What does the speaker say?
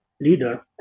leader